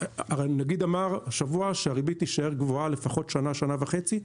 הנגיד אמר השבוע שהריבית תישאר גבוהה לפחות שנה-שנה וחצי.